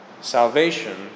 Salvation